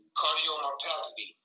cardiomyopathy